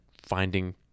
finding